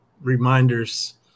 reminders